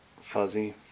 fuzzy